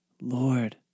Lord